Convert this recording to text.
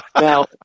now